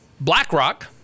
BlackRock